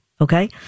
okay